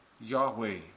Yahweh